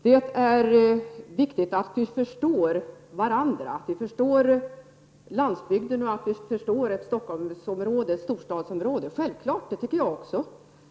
Det är viktigt att vi förstår varandra, att vi förstår både landsbygden och storstadsområdena.